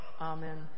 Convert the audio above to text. Amen